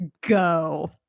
go